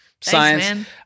Science